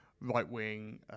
right-wing